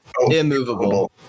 Immovable